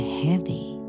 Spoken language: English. heavy